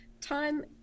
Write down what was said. time